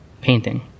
Painting